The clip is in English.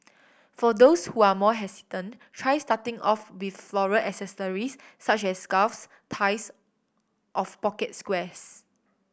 for those who are more hesitant try starting off with floral accessories such as scarves ties of pocket squares